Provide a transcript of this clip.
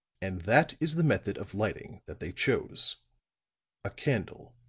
and that is the method of lighting that they chose a candle.